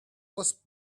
was